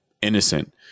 innocent